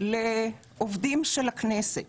לעובדים של הכנסת